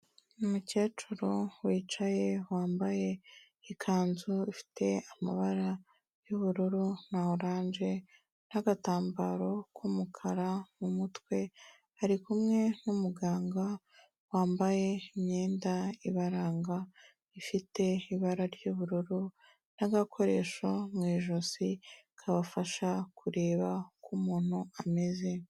Umukecuru wicaye wambaye ikanzu ifite amabara y'ubururu na orange n'agatambaro k'umukara mu mutwe, ari kumwe n'umuganga wambaye imyenda ibaranga ifite ibara ry'ubururu n'agakoresho mu ijosi kabafasha kureba uko muntu ameze.